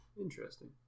interesting